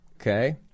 Okay